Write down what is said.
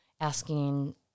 asking